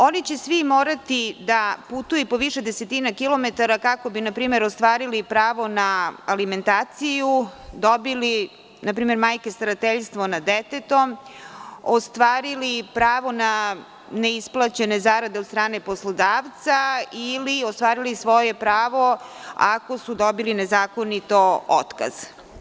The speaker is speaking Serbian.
Oni će svi morati da putuju po više desetina kilometara kako bi, na primer, ostvarili pravo na alimentaciju, majke dobile starateljstvom nad detetom, ostvarili pravo na neisplaćene zarade od strane poslodavca ili ostvarili svoje pravo ako su dobili nezakonito otkaz.